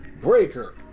Breaker